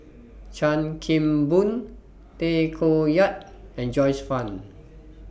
Chan Kim Boon Tay Koh Yat and Joyce fan